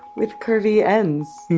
with curvy ends.